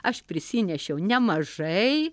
aš prisinešiau nemažai